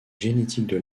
génétiques